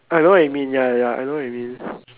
I know what it mean ya ya ya I know what it mean